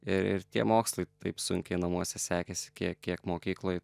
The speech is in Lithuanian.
ir ir tie mokslai taip sunkiai namuose sekėsi kiek kiek mokykloj